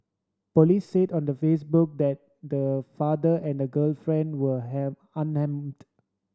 police said on the Facebook that the father and the girlfriend were unharmed